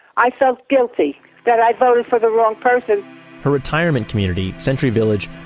i felt guilty that i voted for the wrong person her retirement community, century village,